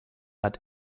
hatte